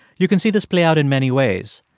you can see this play out in many ways.